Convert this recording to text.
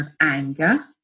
anger